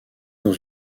dans